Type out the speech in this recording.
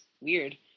weird